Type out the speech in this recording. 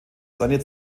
seine